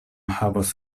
havos